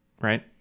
right